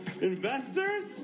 Investors